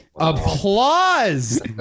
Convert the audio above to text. applause